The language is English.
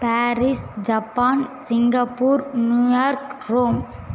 Paris Japan Singapore New York Rome